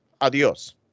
adios